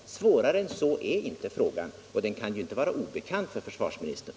Svårare än så är inte frågan, och den kan ju inte vara obekant för försvarsministern.